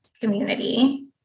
community